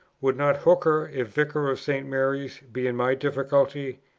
would not hooker, if vicar of st. mary's, be in my difficulty?